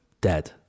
dead